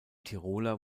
tiroler